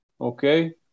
Okay